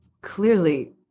clearly